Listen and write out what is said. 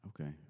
Okay